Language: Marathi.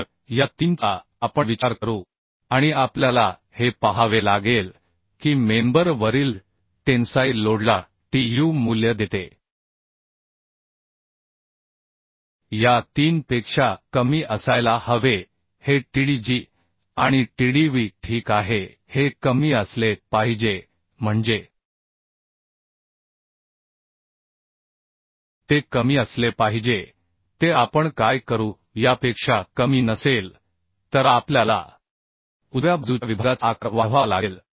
तर या 3 चा आपण विचार करू आणि आपल्याला हे पाहावे लागेल की मेंबर वरील टेन्साईल लोडला Tu मूल्य देतेया 3 पेक्षा कमी असायला हवे हे Tdg आणि Tdv ठीक आहे हे कमी असले पाहिजे म्हणजे ते कमी असले पाहिजे ते आपण काय करू यापेक्षा कमी नसेल तर आपल्याला बाजूच्या विभागाचा आकार वाढवावा लागेल